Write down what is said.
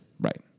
Right